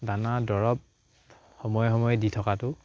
দানা দৰৱ সময়ে সময়ে দি থকাটো